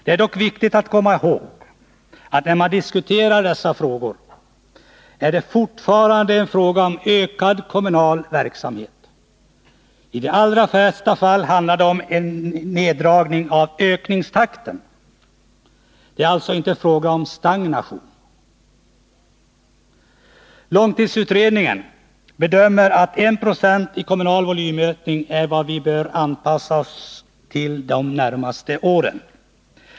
Det är dock viktigt att komma ihåg, när man diskuterar dessa frågor, att det fortfarande är fråga om ökad kommunal verksamhet. I de allra flesta fall handlar det om neddragning av ökningstakten. Det är alltså inte fråga om stagnation. Långtidsutredningens bedömning är att 1 70 i kommunal volymökning är vad vi bör anpassa oss till de närmaste åren.